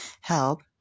Help